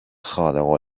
خارق